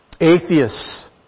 atheists